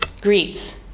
greets